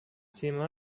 thema